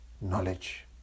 knowledge